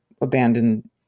abandoned